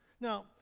Now